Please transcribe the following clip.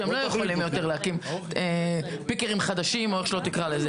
שהם לא יכולים יותר להקים פיקרים חדשים או איך שלא תקרא לזה,